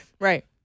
Right